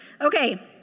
Okay